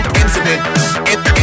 incident